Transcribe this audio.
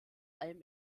allem